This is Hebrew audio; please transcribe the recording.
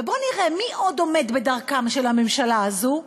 ובואו נראה מי עוד עומד בדרכה של הממשלה הזאת.